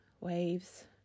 waves